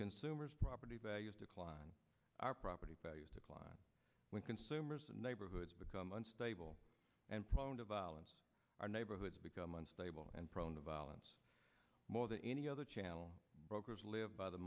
consumers property values decline our property values decline when consumers and neighborhoods become unstable and prone to violence our neighborhoods become unstable and prone to violence more than any other channel brokers live